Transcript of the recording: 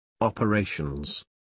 operations